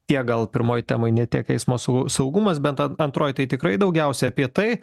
tiek gal pirmoj temoj ne tiek eismo sau saugumas bet an antroj tai tikrai daugiausiai apie tai